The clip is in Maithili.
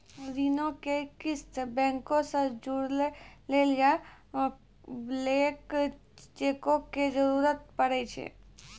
ऋणो के किस्त बैंको से जोड़ै लेली ब्लैंक चेको के जरूरत पड़ै छै